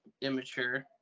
immature